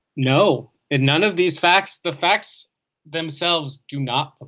no and none of these facts the facts themselves do not. ah